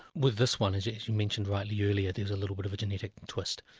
with this one, as you as you mentioned rightly earlier, there's a little bit of a genetic twist.